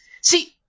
See